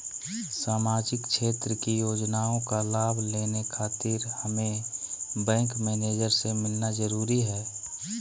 सामाजिक क्षेत्र की योजनाओं का लाभ लेने खातिर हमें बैंक मैनेजर से मिलना जरूरी है?